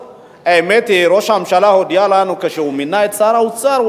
האמת היא שראש הממשלה הודיע לנו כשהוא מינה את שר האוצר: